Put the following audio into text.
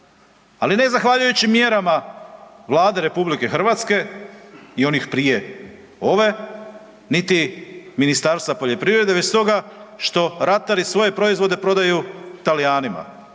Ali, ne zahvaljujući mjerama Vlade RH i onih prije ove niti Ministarstva poljoprivrede već stoga što ratari svoje proizvode prodaju Talijanima